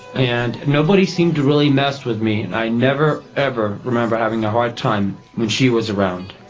and nobody seemed to really mess with me and i never, ever remember having a hard time when she was around.